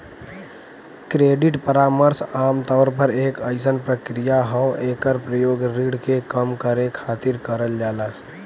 credit परामर्श आमतौर पर एक अइसन प्रक्रिया हौ एकर प्रयोग ऋण के कम करे खातिर करल जाला